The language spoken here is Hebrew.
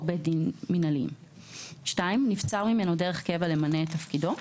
בתי דין מינהליים; נבצר ממנו דרך קבע למלא את תפקידו,